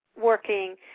working